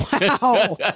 Wow